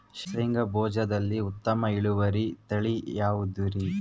ಶೇಂಗಾ ಬೇಜದಲ್ಲಿ ಉತ್ತಮ ಇಳುವರಿಯ ತಳಿ ಯಾವುದುರಿ?